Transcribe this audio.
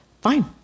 Fine